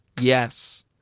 yes